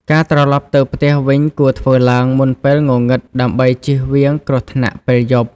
ការត្រឡប់ទៅផ្ទះ វិញគួរធ្វើឡើងមុនពេលងងឹត ដើម្បីជៀសវាងគ្រោះថ្នាក់ពេលយប់។